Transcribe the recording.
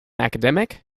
academic